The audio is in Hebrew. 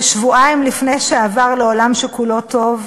כשבועיים לפני שעבר לעולם שכולו טוב,